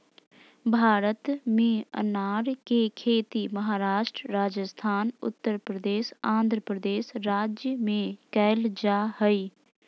भारत में अनार के खेती महाराष्ट्र, राजस्थान, उत्तरप्रदेश, आंध्रप्रदेश राज्य में कैल जा हई